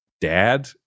dad